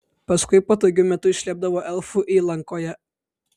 paskui patogiu metu išlipdavo elfų įlankoje